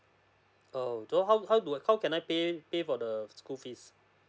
oh do how how do how can I pay pay for the school fees